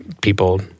people